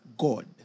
God